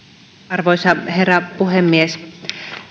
arvoisa herra puhemies